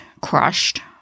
crushed